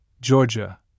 Georgia